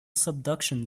subduction